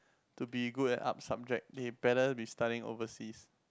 to be good at art subject they better be studying overseas